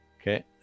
Okay